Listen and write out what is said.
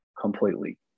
completely